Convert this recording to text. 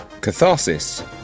Catharsis